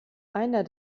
einer